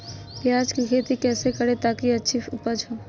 प्याज की खेती कैसे करें ताकि अच्छी उपज हो?